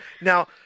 Now